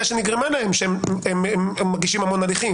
שנגרמה להם הם מגישים המון הליכים.